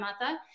mother